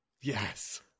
yes